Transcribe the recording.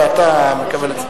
מה זה?